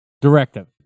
Directive